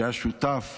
שהיה שותף